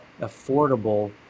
affordable